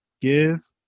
give